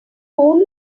fool